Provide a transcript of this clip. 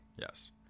Yes